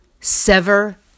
sever